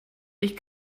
ich